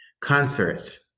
concerts